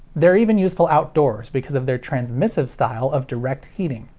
they're even useful outdoors because of their transmissive style of direct heating.